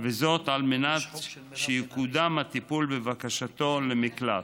וזאת על מנת שיקודם הטיפול בבקשתו למקלט.